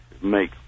Make